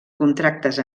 contractes